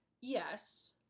Yes